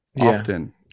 often